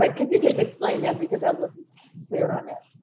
like can you just explain that because i wasn't clear on that?